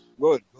good